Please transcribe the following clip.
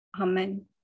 Amen